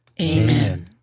Amen